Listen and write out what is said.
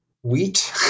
Wheat